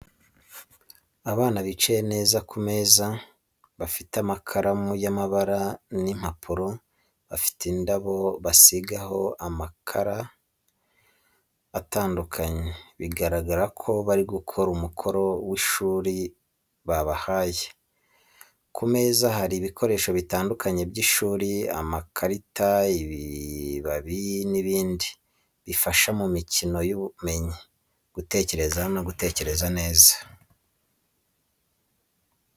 Abana bicaye neza ku meza, bafite amakaramu y'amabara n’impapuro, bafite indabo basigaho amabara atandukanye. Bigaragaza ko bari gukora umukoro kw'ishuri babahaye. Ku meza hari ibikoresho bitandukanye by’ishuri: amakarita, ibibabi n’ibindi, bifasha mu mikino y’ubumenyi, gutekereza no gutekereza neza.